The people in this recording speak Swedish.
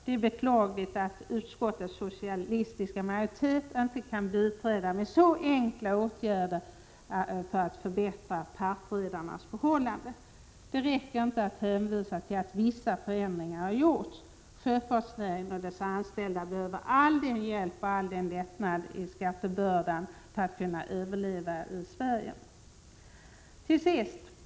Det är beklagligt att utskottets socialistiska majoritet inte kan vidta en så enkel åtgärd för att förbättra partredarnas förhållanden. Det räcker inte att hänvisa till att vissa förändringar har gjorts. Sjöfartsnäringen och dess anställda behöver all den hjälp och all den lättnad i skattebörda den kan få för att kunna överleva i Sverige.